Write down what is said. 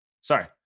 Sorry